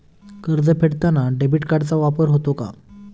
कर्ज फेडताना डेबिट कार्डचा वापर होतो का?